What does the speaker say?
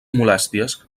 molèsties